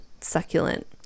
succulent